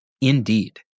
Indeed